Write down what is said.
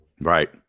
Right